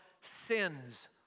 sins